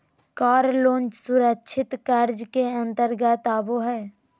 कार loan सुरक्षित कर्ज के अंतर्गत आबो हय